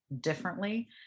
differently